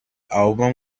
album